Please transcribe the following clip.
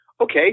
Okay